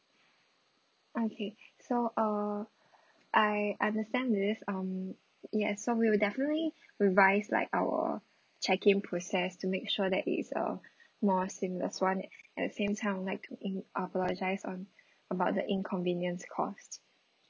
okay so uh I understand this um yes so we will definitely revise like our check in process to make sure that it's a more seamless one at the same time I would like to in~ apologise on about the inconvenience caused